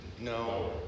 No